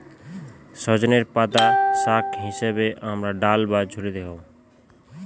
সজনের পাতা শাক হিসেবে আমরা ডাল বা ঝোলে দিয়ে খাবো